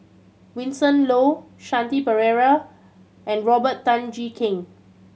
Vincent Leow Shanti Pereira and Robert Tan Jee Keng